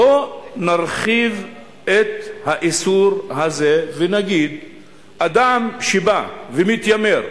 בואו נרחיב את האיסור הזה ונגיד שאדם שבא ומתיימר,